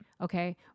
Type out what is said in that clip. okay